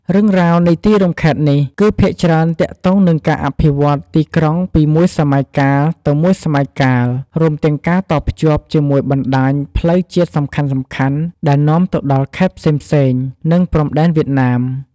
រឿងរ៉ាវនៃទីរួមខេត្តនេះ គឺភាគច្រើនទាក់ទងនឹងការអភិវឌ្ឍន៍ទីក្រុងពីមួយសម័យកាលទៅមួយសម័យកាល រួមទាំងការតភ្ជាប់ជាមួយបណ្ដាញផ្លូវជាតិសំខាន់ៗដែលនាំទៅដល់ខេត្តផ្សេងៗ និងព្រំដែនវៀតណាម។